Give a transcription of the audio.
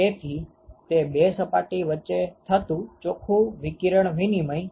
તેથી તે બે સપાટી વચ્ચે થતું ચોખ્ખું વિકિરણ વિનિમય છે